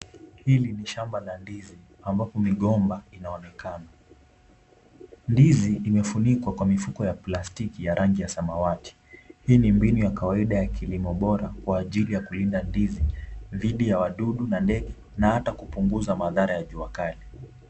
Hili ni shamba la ndizi ambapo migomba inaonekana. Ndizi imefunikwa kwa mifuko ya plastiki ya rangi ya samawati. Hii ni mbinu ya kawaida ya kilimo bora kwa ajili ya kulinda ndizi dhidi ya wadudu na ndege na hata kupunguza madhara ya jua kali.